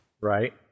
Right